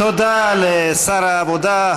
תודה לשר העבודה,